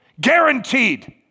Guaranteed